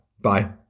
Bye